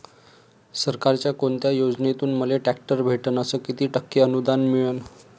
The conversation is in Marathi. सरकारच्या कोनत्या योजनेतून मले ट्रॅक्टर भेटन अस किती टक्के अनुदान मिळन?